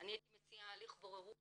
הייתי מציעה הליך בוררות